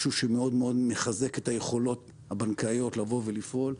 משהו שמאוד מאוד מחזק את היכולות הבנקאיות לפעול.